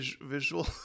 visual